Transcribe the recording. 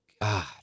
God